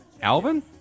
Alvin